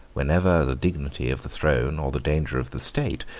whenever the dignity of the throne, or the danger of the state,